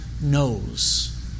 knows